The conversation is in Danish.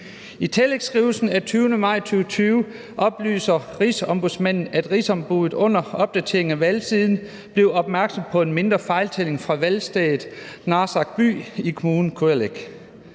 I tillægsskrivelsen af 20. maj 2020 oplyser rigsombudsmanden, at rigsombuddet under opdatering af valgsiden www.valg.gl blev opmærksom på en mindre fejltælling fra valgstedet Narsaq by i Kommunen Kujalleq.